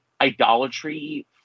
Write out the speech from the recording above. idolatry